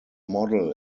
model